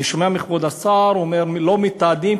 אני שומע שכבוד השר אומר: לא מתעדים,